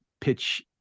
pitch